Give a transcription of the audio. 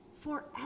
forever